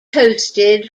hosted